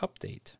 update